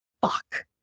fuck